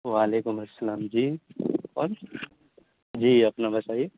وعلیکم السلام جی کون جی اپنا بتائیے